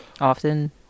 Often